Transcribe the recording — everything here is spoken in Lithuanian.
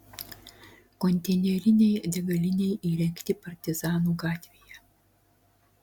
konteinerinei degalinei įrengti partizanų gatvėje